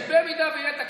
שבמידה שיהיה תקציב,